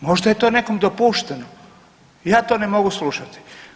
Možda je to nekom dopušteno, ja to ne mogu slušati.